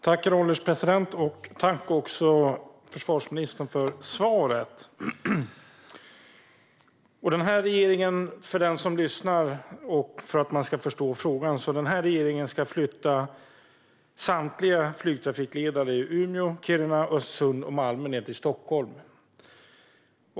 Herr ålderspresident! Jag tackar försvarsministern för svaret. För att den som lyssnar ska förstå frågan vill jag berätta att regeringen ska flytta samtliga flygtrafikledare i Umeå, Kiruna, Östersund och Malmö ned till Stockholm.